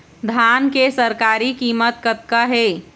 धान के सरकारी कीमत कतका हे?